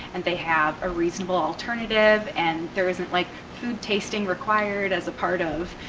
and they have a reasonable alternative and there isn't like food tasting required as a part of,